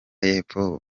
y’epfo